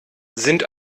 sind